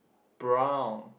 brown